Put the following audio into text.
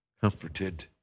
comforted